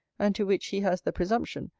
and to which he has the presumption,